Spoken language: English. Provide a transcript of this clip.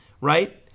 Right